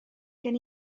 gen